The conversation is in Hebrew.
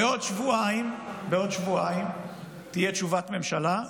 בעוד שבועיים תהיה תשובת ממשלה,